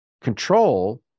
control